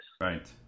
Right